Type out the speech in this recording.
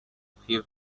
fifth